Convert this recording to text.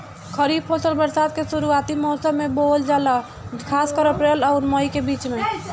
खरीफ फसल बरसात के शुरूआती मौसम में बोवल जाला खासकर अप्रैल आउर मई के बीच में